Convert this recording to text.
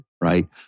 Right